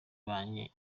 banjye